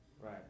Right